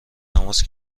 تماس